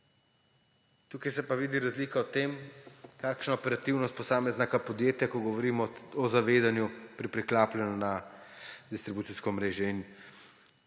Tukaj se pa vidi razlika v tem, kakšna je operativnost posameznega podjetja, ko govorimo o zavedanju pri preklapljanju na distribucijsko omrežje.